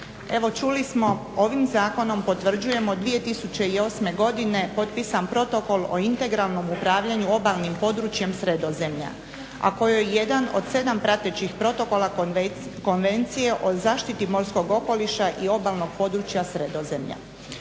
Evo čuli smo ovim zakonom potvrđujemo 2008.godine potpisan protokol o integralnom upravljanju obalnim područjem Sredozemlja, a kojoj jedan od 7 pratećih protokola Konvencije o zaštiti morskog okoliša i obalnog područja Sredozemlja.